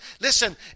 listen